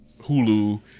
Hulu